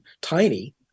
tiny